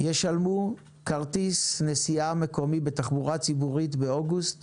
ישלמו כרטיס נסיעה מקומי בתחבורה ציבורית באוגוסט